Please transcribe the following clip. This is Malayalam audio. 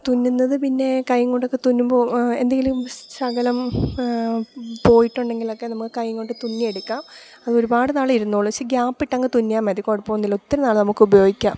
തുന്നുന്നതു പിന്നേ കയ്യുങ്കൊണ്ടൊക്കെ തുന്നുമ്പോള് എന്തെങ്കിലും ശകലം പോയിട്ടുണ്ടെങ്കിലൊക്കെ നമുക്ക് കയ്യങ്കുൊണ്ട് തുന്നിയെടുക്കാം അതൊരുപാട് നാളിരുന്നോളും ഇച്ചിരി ഗ്യാപ്പിട്ടങ്ങ് തുന്നിയാല് മതി കുഴപ്പമൊന്നുമില്ല ഒത്തിരി നാള് നമുക്കുപയോഗിക്കാം